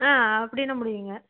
ஆ அப்படின்னா முடியுங்கள்